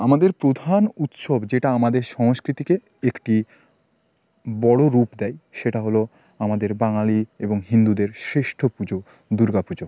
আমাদের প্রধান উৎসব যেটা আমাদের সংস্কৃতিকে একটি বড় রূপ দেয় সেটা হলো আমাদের বাঙালি এবং হিন্দুদের শ্রেষ্ঠ পুজো দুর্গা পুজো